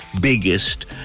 biggest